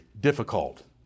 difficult